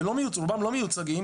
ורובם לא מיוצגים